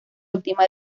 última